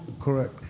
Correct